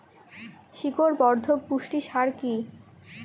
শিকড় বর্ধক পুষ্টি সার কি?